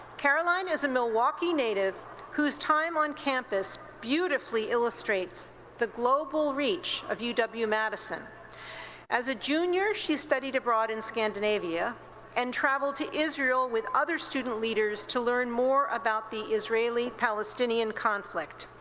caroline is a milwaukee native whose time on campus beautifully illustrates the global reach of uw-madison. as a junior, she studied abroad in scandinavia and traveled to israel with other student leaders to learn more about the israeli-palestinian conflict.